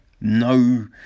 no